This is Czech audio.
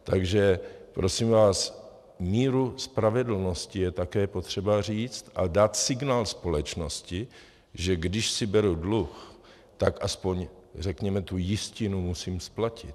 Takže prosím vás, míru spravedlnosti je také potřeba říct a dát signál společnosti, že když si beru dluh, tak aspoň řekněme tu jistinu musím splatit.